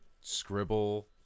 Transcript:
scribble